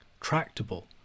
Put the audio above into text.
tractable